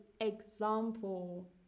example